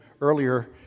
Earlier